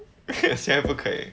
现在不可以